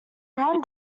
brown